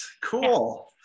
Cool